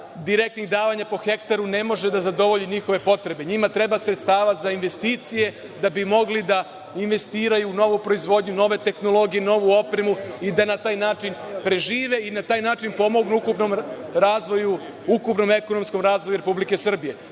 direktnih davanja po hektaru ne može da zadovolji njihove potrebe. Njima treba sredstava za investicije da bi mogli da investiraju u novu proizvodnju, nove tehnologije, novu opremu i da na taj način prežive i na taj način pomognu ukupnom ekonomsko razvoju Republike Srbije. Prema